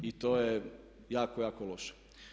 I to je jako, jako loše.